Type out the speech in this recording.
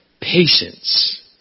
patience